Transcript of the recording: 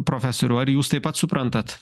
profesoriau ar jūs taip pat suprantat